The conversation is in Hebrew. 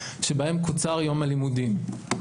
שבהם קוצר יום הלימודים.